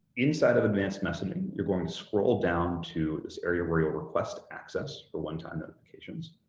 inside of advanced messaging, you're going to scroll down to this area where you request access for one-time notifications,